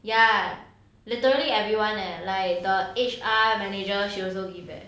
ya literally everyone leh like the H_R manager she also give leh